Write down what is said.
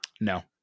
no